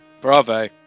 Bravo